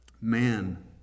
man